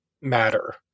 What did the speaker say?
matter